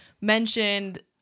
mentioned